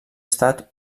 estat